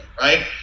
Right